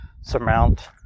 surmount